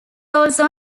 also